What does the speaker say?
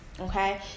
Okay